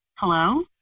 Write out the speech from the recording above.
Hello